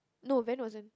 no Ben wasn't